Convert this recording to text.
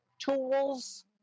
tools